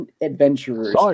adventurers